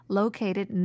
located